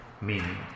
meaning